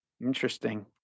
Interesting